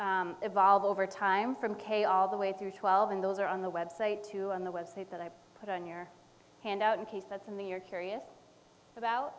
over time from k all the way through twelve and those are on the website two on the website that i've put on your hand out in case that's in the you're curious about